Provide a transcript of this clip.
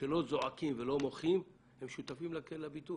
שלא זועקים ולא מוחים, הם שותפים לביטול.